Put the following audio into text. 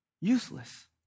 useless